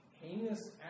heinous